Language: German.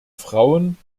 frauen